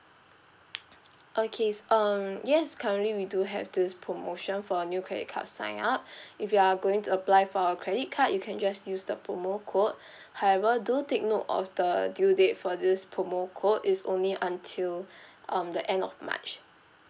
okay s~ um yes currently we do have this promotion for a new credit card sign up if you are going to apply for a credit card you can just use the promo code however do take note of the the due date for this promo code is only until um the end of march